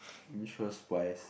interest wise